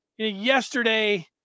yesterday